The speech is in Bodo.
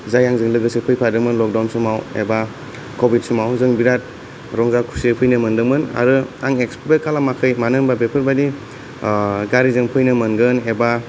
जाय आंजों लोगोसे फैफादोंमोन ल'कडाउन समाव एबा क'विड समाव जों बेराद रंजा खुसियै फैनो मोनदोंमोन आरो आं एक्सपेक्ट खालामाखै मानो होनोबा बेफोरबायदि गारिजों फैनो मोनगोन एबा